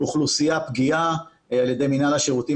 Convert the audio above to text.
אוכלוסייה פגיעה - על ידי מינהל השירותים